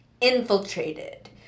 infiltrated